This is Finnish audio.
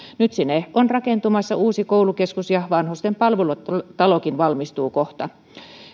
nyt sinne on rakentumassa uusi koulukeskus ja vanhusten palvelutalokin valmistuu kohta